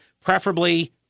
preferably